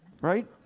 right